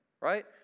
right